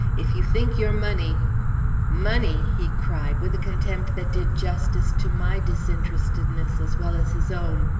if you think your money money? he cried, with a contempt that did justice to my disinterestedness as well as his own.